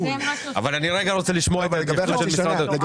אבל אני רגע רוצה לשמוע את העמדה של משרד המשפטים.